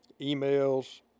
Emails